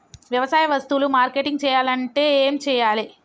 వ్యవసాయ వస్తువులు మార్కెటింగ్ చెయ్యాలంటే ఏం చెయ్యాలే?